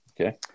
Okay